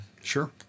Sure